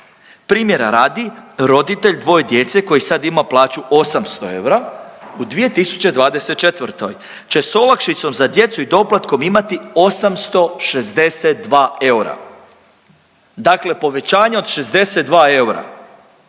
Primjera radi, roditelj dvoje djece koji sad ima plaću 800 eura, u 2024. će s olakšicom za djecu i doplatkom imati 862 eura, dakle povećanje od 62 eura,